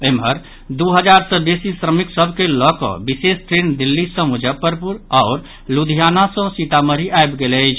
एम्हर दू हजार सँ बेसी श्रमिक सभ के लऽ कऽ विशेष ट्रेन दिल्ली सँ मुजफ्फरपुर आओर लुधियाना सँ सीतामढ़ी आबि गेल अछि